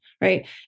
Right